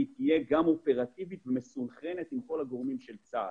תהיה אופרטיבית ומסונכרנת עם כל הגורמים של צה"ל.